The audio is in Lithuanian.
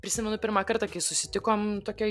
prisimenu pirmą kartą kai susitikom tokioj